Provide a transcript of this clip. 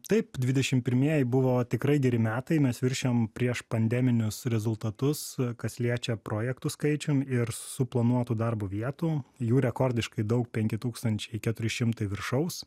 taip dvidešim pirmieji buvo tikrai geri metai mes viršijom prieš pandeminius rezultatus kas liečia projektų skaičium ir suplanuotų darbo vietų jų rekordiškai daug penki tūkstančiai keturi šimtai viršaus